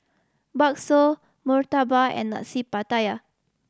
bakso murtabak and Nasi Pattaya